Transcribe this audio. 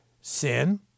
sin